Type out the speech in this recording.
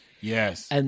Yes